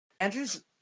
Andrew's